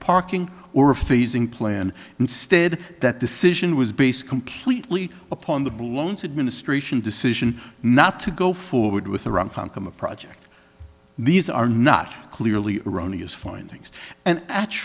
parking or a phasing plan instead that decision was based completely upon the blunted ministration decision not to go forward with the runtime come a project these are not clearly erroneous findings and actual